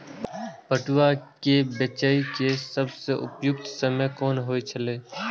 पटुआ केय बेचय केय सबसं उपयुक्त समय कोन होय छल?